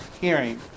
hearing